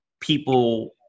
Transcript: people